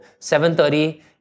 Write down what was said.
7.30